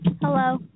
hello